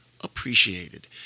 appreciated